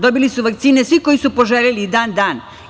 Dobili su vakcine svi koji su poželeli i dan danas.